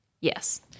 Yes